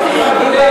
כמובן.